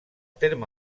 terme